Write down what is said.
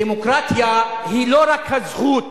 דמוקרטיה היא לא רק הזכות